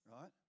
right